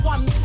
One